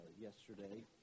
yesterday